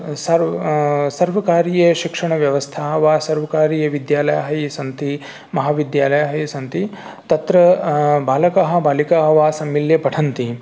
सर्व् सर्वकारीयशिक्षणव्यवस्था वा सर्वकारीयविद्यालयाः ये सन्ति महाविद्यालयाः ये सन्ति तत्र बालकाः बालिकाः वा सम्मिल्य पठन्ति